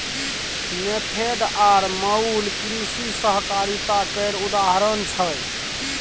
नेफेड आर अमुल कृषि सहकारिता केर उदाहरण छै